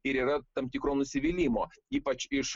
ir yra tam tikro nusivylimo ypač iš